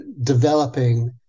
developing